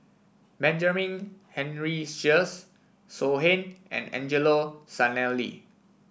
Benjamin Henry Sheares So Heng and Angelo Sanelli